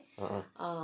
ah